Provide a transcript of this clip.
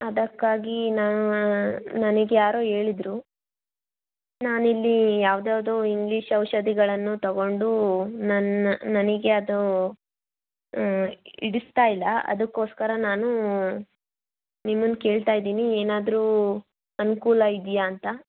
ಅದಕ್ಕಾಗಿ ನಾ ನನಿಗೆ ಯಾರೋ ಹೇಳಿದ್ರು ನಾನು ಇಲ್ಲಿ ಯಾವ್ದು ಯಾವುದೋ ಇಂಗ್ಲೀಷ್ ಔಷಧಿಗಳನ್ನು ತಗೊಂಡು ನನ್ನ ನನಗೆ ಅದು ಹಿಡಸ್ತಾಯಿಲ್ಲ ಅದಕ್ಕೋಸ್ಕರ ನಾನು ನಿಮ್ಮನ್ನು ಕೇಳ್ತಾಯಿದ್ದೀನಿ ಏನಾದರೂ ಅನುಕೂಲ ಇದೆಯಾ ಅಂತ